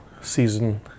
Season